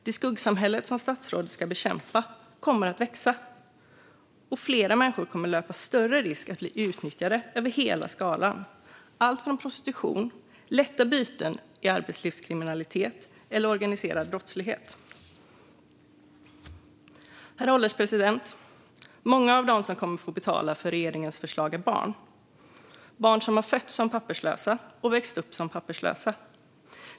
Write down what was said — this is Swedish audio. Det skuggsamhälle som statsrådet ska bekämpa kommer att växa. Fler människor kommer att löpa större risk att bli utnyttjade över hela skalan. Det handlar om alltifrån prostitution till att bli lätta byten i arbetslivskriminalitet eller organiserad brottslighet. Herr ålderspresident! Många av dem som kommer att få betala för regeringens förslag är barn. Det är barn som har fötts och vuxit upp som papperslösa.